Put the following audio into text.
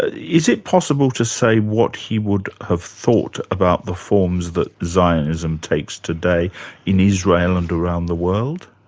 ah is it possible to say what he would have thought about the forms that zionism takes today in israel and around the world?